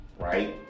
right